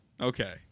Okay